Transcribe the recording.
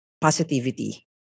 positivity